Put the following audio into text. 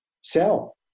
sell